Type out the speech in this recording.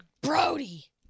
Brody